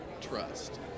trust